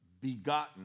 begotten